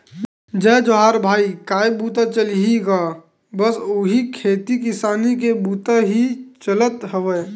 जय जोहार भाई काय बूता चलही गा बस उही खेती किसानी के बुता ही चलत हवय